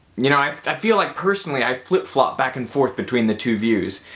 you know i i feel like personally i flip flop back and forth between the two views,